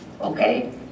Okay